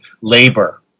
labor